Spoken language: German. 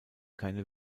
keine